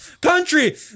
country